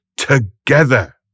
together